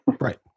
Right